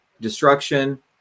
destruction